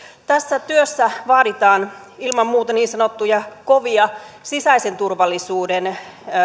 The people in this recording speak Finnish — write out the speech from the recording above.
tässä työssä vaaditaan ilman muuta niin sanottuja kovia sisäisen turvallisuuden